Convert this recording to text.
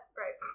right